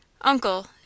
Uncle